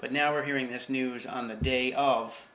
but now we're hearing this news on the day of